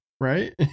right